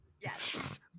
Yes